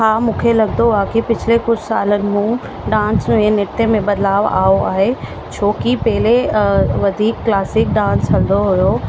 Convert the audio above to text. हा मूंखे लगंदो आहे ठीकु की पिछ्ले कुझु सालनि मूं डांस में नृत्य में बदलाव आयो आहे छो की पहिरीं वधीक क्लासिक डांस हलंदो हुयो